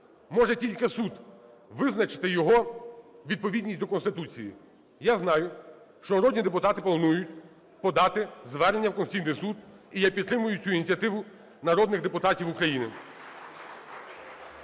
Може тільки суд визначити його відповідність до Конституції. Я знаю, що народні депутати планують подати звернення в Конституційний Суд, і я підтримую цю ініціативу народних депутатів України.